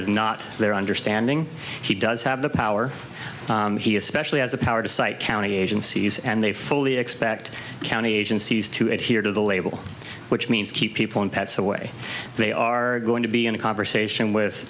is not their understanding he does have the power he especially has the power to cite county agencies and they fully expect county agencies to adhere to the label which means keep people in pets the way they are going to be in a conversation with